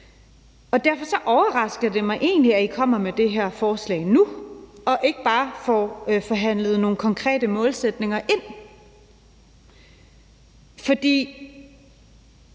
Derfor overrasker det mig egentlig, at I kommer med det her forslag nu og ikke bare får forhandlet nogle konkrete målsætninger ind. For